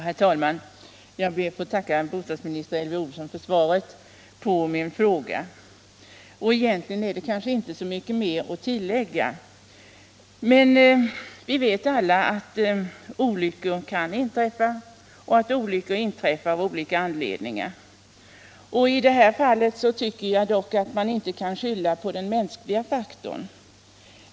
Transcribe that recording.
Herr talman! Jag ber att få tacka bostadsministern Elvy Olsson för svaret på min fråga. Egentligen är det kanske inte så mycket mer att tillägga. Vi vet alla att olyckor kan inträffa av olika anledningar. I detta fall tycker jag inte att man kan skylla på den mänskliga faktorn.